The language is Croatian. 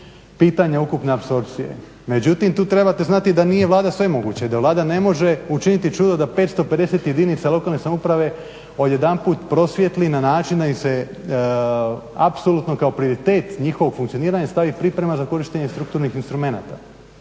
pitanja ukupne apsorpcije. Međutim, tu trebate znati da nije Vlada svemoguća i da Vlada ne može učiniti da 550 jedinica lokalne samouprave odjedanput prosvijetli na način da ih se apsolutno kao prioritet njihovog funkcioniranja stavi priprema za korištenje strukturnih instrumenata.